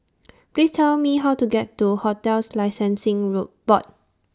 Please Tell Me How to get to hotels Licensing Road Board